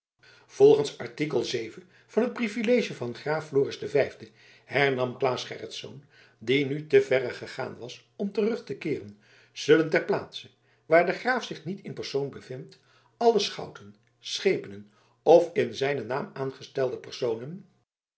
volgens art vii van het privilege van graaf floris v hernam claes gerritsz die nu te verre gegaan was om terug te keeren zullen ter plaatse waar de graaf zich niet in persoon bevindt alle schouten schepenen of in zijnen naam aangestelde personen